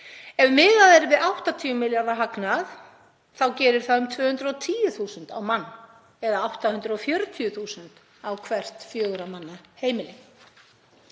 Ef miðað er við 80 milljarða hagnað þá gerir það um 210.000 á mann eða 840.000 á hvert fjögurra manna heimili.